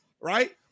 right